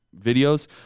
videos